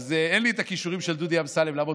אין לי את הכישורים של דודי אמסלם לעמוד